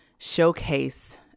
showcase